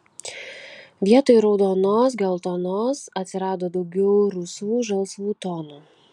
vietoj raudonos geltonos atsirado daugiau rusvų žalsvų tonų